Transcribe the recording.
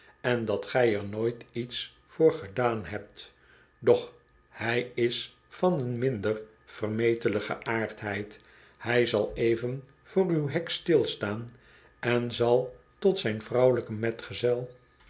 en dat gij er nooit iets voor gedaan hebt doch hij is van een minder vermetele geaardheid hij zal even voor uw hek stilstaan en zal tot z jn vrouwelijke metgezel